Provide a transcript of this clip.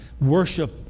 Worship